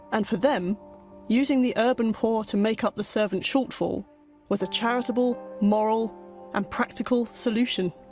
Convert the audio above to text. and for them using the urban poor to make up the servant shortfall was a charitable, moral and practical solution.